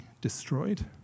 destroyed